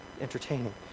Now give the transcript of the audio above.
entertaining